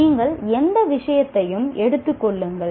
நீங்கள் எந்த விஷயத்தையும் எடுத்துக் கொள்ளுங்கள்